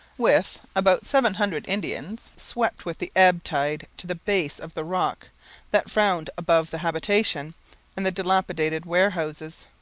with about seven hundred indians, swept with the ebb tide to the base of the rock that frowned above the habitation and the dilapidated warehouses.